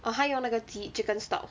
err 她用那个鸡 chicken stock